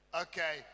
Okay